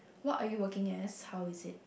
what are you working as how is it